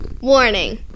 Warning